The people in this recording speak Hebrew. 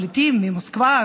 פליטים ממוסקבה,